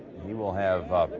he will have